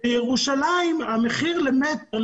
בירושלים המחיר למטר,